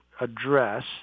address